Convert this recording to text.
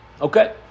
Okay